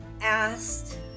asked